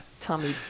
Tommy